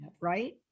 right